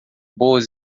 boas